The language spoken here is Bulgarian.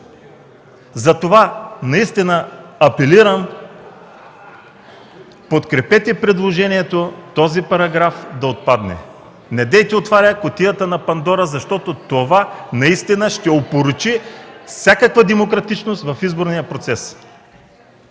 Затова наистина апелирам: подкрепете предложението този параграф да отпадне. Не отваряйте кутията на Пандора, защото това наистина ще опорочи всякаква демократичност в изборния процес.